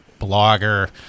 blogger